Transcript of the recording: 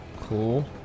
Cool